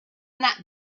that